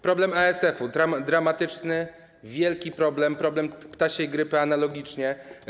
Problem ASF to dramatyczny, wielki problem, problem ptasiej grypy - analogicznie.